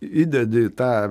įdedi tą